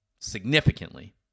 significantly